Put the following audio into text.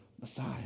Messiah